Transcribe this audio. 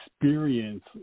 experience